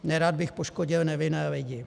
Nerad bych poškodil nevinné lidi.